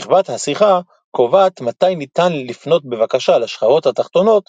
שכבת השיחה קובעת מתי ניתן לפנות בבקשה לשכבות התחתונות